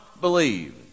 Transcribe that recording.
believe